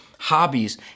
Hobbies